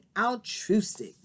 altruistic